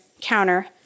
counter